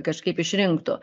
kažkaip išrinktų